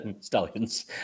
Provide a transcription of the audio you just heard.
stallions